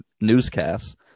newscasts